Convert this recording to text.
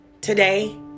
today